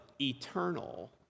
eternal